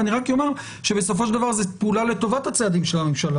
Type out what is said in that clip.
אני רק אומר שבסופו של דבר זאת פעולה לטובת הצעדים של הממשלה.